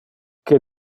que